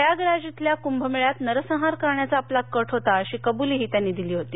प्रयागराज इथल्या कुंभमेळ्यात नरसंहार करण्याचा आपला कट होता अशी कबुली त्यांनी दिली होती